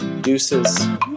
Deuces